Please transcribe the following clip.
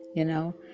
you know?